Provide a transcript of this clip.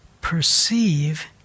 perceive